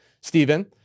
Stephen